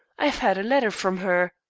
i have had a letter from her.